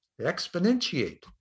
exponentiate